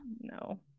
No